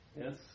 Yes